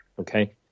okay